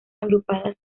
agrupadas